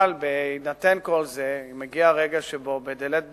אבל בהינתן כל זה, מגיע הרגע שבו, בלית ברירה,